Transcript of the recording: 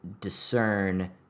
discern